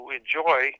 enjoy